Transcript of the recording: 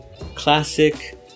classic